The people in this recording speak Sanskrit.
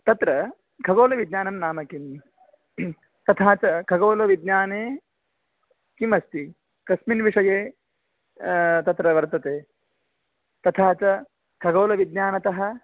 तत्र खगोलविज्ञानं नाम किं तथा च खगोलविज्ञाने किमस्ति कस्मिन् विषये तत्र वर्तते तथा च खगोलविज्ञानतः